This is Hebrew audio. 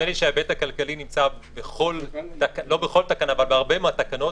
נדמה לי שההיבט הכלכלי נמצא בהרבה מהתקנות,